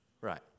Right